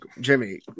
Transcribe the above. Jimmy